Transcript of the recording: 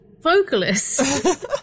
vocalist